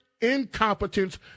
incompetence